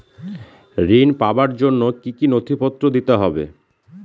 ঋণ পাবার জন্য কি কী নথিপত্র দিতে হবে?